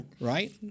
right